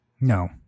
No